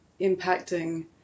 impacting